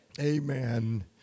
Amen